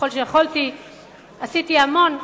ככל שיכולתי עשיתי המון,